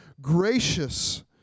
gracious